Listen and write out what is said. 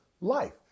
life